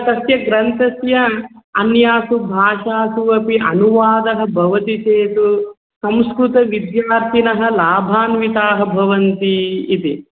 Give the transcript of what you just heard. तस्य ग्रन्थस्य अन्यासु भाषासु अपि अनुवादः भवति चेत् संस्कृतविद्यार्थिनः लाभान्विताः भवन्ती इति